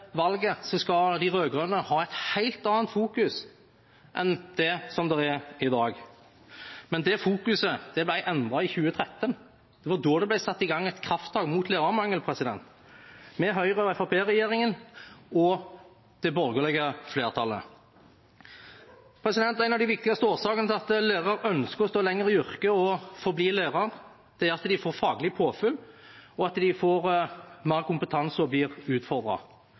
skal de rød-grønne ha et helt annet fokus enn det som er i dag. Men det fokuset ble endret i 2013. Det var da det ble satt i gang et krafttak mot lærermangel, med Høyre- og Fremskrittsparti-regjeringen og det borgerlige flertallet. En av de viktigste årsakene til at lærere ønsker å stå lenger i yrket og forbli lærer, er at de får faglig påfyll, at de får mer kompetanse og blir